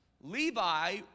Levi